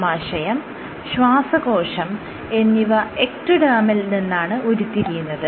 ആമാശയം ശ്വാസകോശം എന്നിവ എക്റ്റോഡെർമിൽ നിന്നാണ് ഉരുത്തിരിയുന്നത്